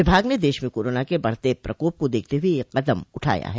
विभाग ने देश में कोरोना के बढ़ते प्रकोप को देखते हुए ये कदम उठाया है